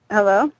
Hello